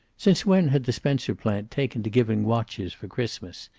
since when had the spencer plant taken to giving watches for christmas?